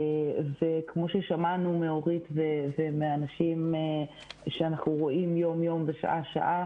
כמו ששמענו מאורית ומאנשים שאנחנו רואים יום יום ושעה שעה